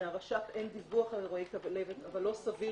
מהרש"פ אין דיווח על אירועי כלבת אבל לא סביר